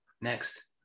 Next